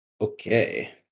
Okay